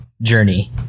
journey